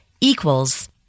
equals